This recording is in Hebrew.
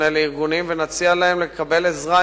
נפנה אל הארגונים ונציע להם לקבל עזרה,